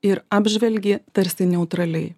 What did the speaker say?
ir apžvelgi tarsi neutraliai